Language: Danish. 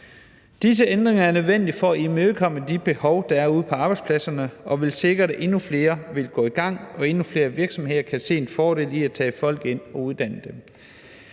Disse ændringer er nødvendige for at imødekomme de behov, der er ude på arbejdspladserne, og vil sikre, at endnu flere vil gå i gang, og at endnu flere virksomheder kan se en fordel i at tage folk ind og uddanne dem.